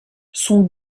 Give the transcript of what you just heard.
son